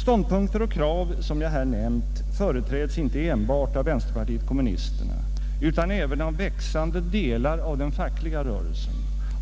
Ståndpunkter och krav som jag nu nämnt företräds inte enbart av vänsterpartiet kommunisterna utan även av växande delar av den fackliga rörelsen,